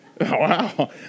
Wow